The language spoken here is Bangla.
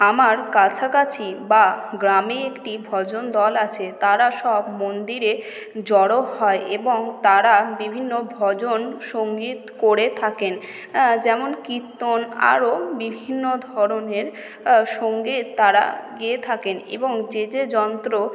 আমার কাছাকাছি বা গ্রামে একটি ভজনদল আছে তারা সব মন্দিরে জড়ো হয় এবং তারা বিভিন্ন ভজনসঙ্গীত করে থাকেন যেমন কীর্তন আরও বিভিন্ন ধরনের সঙ্গীত তারা গেয়ে থাকেন এবং যে যে যন্ত্র